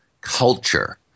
culture